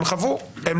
הם